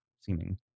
seeming